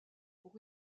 pour